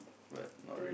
uh